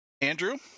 Andrew